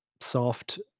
soft